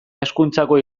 hezkuntzako